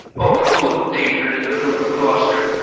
o, full of danger is the duke of gloster!